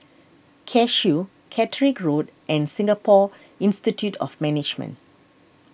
Cashew Catterick Road and Singapore Institute of Management